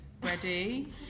Ready